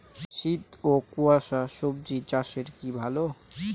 শীত ও কুয়াশা স্বজি চাষে কি ভালো?